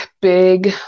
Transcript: big